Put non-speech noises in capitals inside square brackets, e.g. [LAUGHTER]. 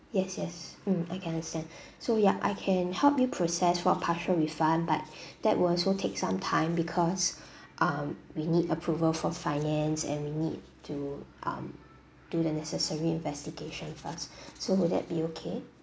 yes yes mm okay understand [BREATH] so yup I can help you process for partial refund but [BREATH] that will also take some time because um we need approval for finance and we need to um do the necessary investigation first [BREATH] so will that be okay